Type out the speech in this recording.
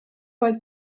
oedd